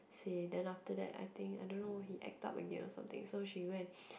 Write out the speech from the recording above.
say then after that I think I don't know he act up again or something so she go and